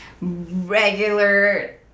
regular